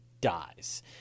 dies